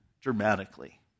dramatically